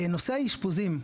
נושא האשפוזים,